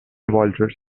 walters